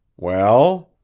well?